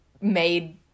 made